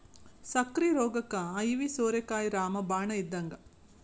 ಸಕ್ಕ್ರಿ ರೋಗಕ್ಕ ಐವಿ ಸೋರೆಕಾಯಿ ರಾಮ ಬಾಣ ಇದ್ದಂಗ